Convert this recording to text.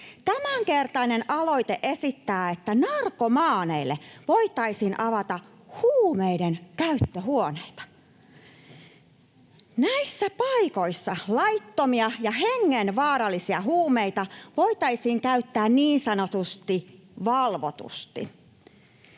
Tämänkertainen aloite esittää, että narkomaaneille voitaisiin avata huumeiden käyttöhuoneita. Näissä paikoissa laittomia ja hengenvaarallisia huumeita voitaisiin käyttää niin sanotusti valvotusti.